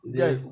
yes